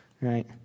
right